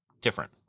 different